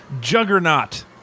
Juggernaut